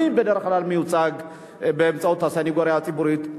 מי בדרך כלל מיוצג באמצעות הסנגוריה הציבורית?